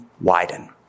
widen